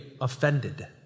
offended